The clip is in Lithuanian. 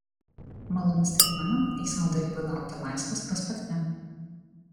maloni staigmena eismo dalyvių laukia laisvės prospekte